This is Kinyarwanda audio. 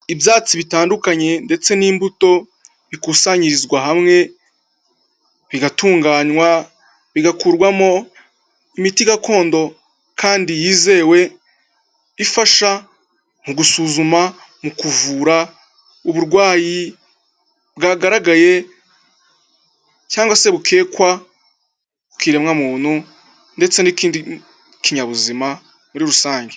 Ibyatsi bitandukanye ndetse n'imbuto bikusanyirizwa hamwe bigatunganywa bigakurwamo imiti gakondo kandi yizewe ifasha mu gusuzuma mu kuvura uburwayi bwagaragaye cyangwa se bukekwa ku kiremwa muntu ndetse n'ikindi kinyabuzima muri rusange.